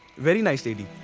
very nice lady.